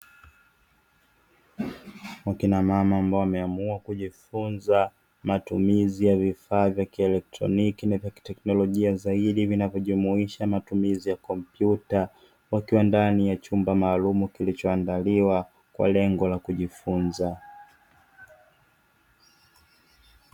Akina mama ambao wameamua kujifunza matumizi ya vifaa vya kielektoniki na vya kitekinolojia zaidi vinavyojumuisha matumizi ya kompyuta wakiwa ndani ya chumba maalumu kilichoandaliwa kwa lengo la kujifunzia.